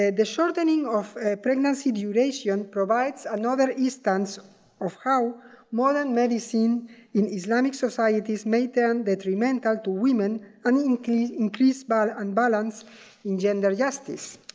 ah the shortening shortening of pregnancy duration provides another instance of how modern medicine in islamic societies may turn detrimental to women and increase increase but imbalance in gender justice.